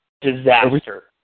disaster